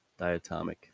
diatomic